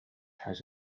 has